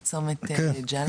בצומת ג'למה.